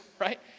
right